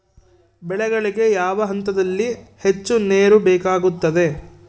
ಬೆಳೆಗಳಿಗೆ ಯಾವ ಹಂತದಲ್ಲಿ ಹೆಚ್ಚು ನೇರು ಬೇಕಾಗುತ್ತದೆ?